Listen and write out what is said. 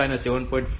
5 અને 5